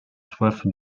soif